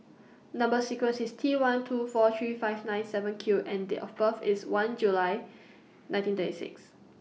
Number sequence IS T one two four three five nine seven Q and Date of birth IS one July nineteen thirty six